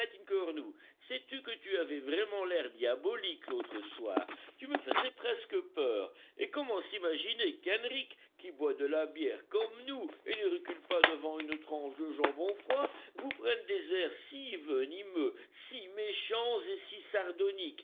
sais-tu que tu avais vraiment l'air diabolique l'autre soir tu me faisais presque peur et comment s'imaginer qu'henrich qui boit de la bière comme nous et ne recule pas devant une tranche de jambon froid vous prenne des airs si venimeux si méchants et si